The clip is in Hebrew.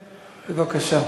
בבקשה.